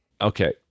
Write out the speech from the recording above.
Okay